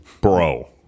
Bro